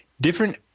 different